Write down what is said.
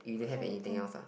same thing